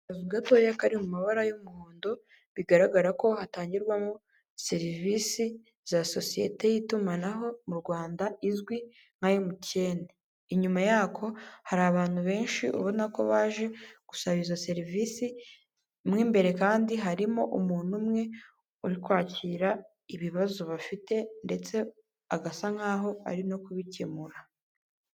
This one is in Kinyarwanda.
Akazu gatoya kari mu mabara y'umuhondo bigaragara ko hatangirwamo serivisi za sosiyete y'itumanaho mu Rwanda izwi nka Emutiyene, inyuma yako hari abantu benshi ubona ko baje gusaba izo serivisi, mo imbere kandi harimo umuntu umwe uri kwakira ibibazo bafite ndetse agasa nk'aho ari no kubikemura.